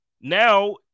Now